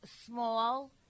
small